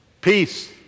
peace